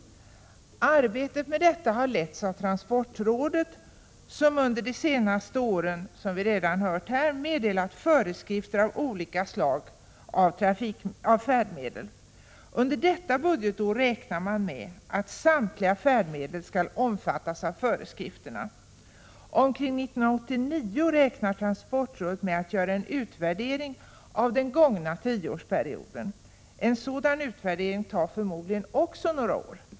Arbetet med detta har letts av transportrådet, som under de senaste åren har meddelat föreskrifter för olika slag av färdmedel. Under detta budgetår räknar man med att samtliga färdmedel skall omfattas av föreskrifterna. Omkring 1989 räknar transportrådet med att göra en utvärdering av den gångna tioårsperioden. En sådan utvärdering tar förmodligen också några år.